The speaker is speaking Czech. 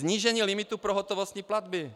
Snížení limitu pro hotovostní platby.